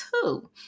two